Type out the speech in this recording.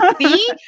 see